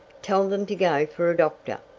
tell them to go for a doctor!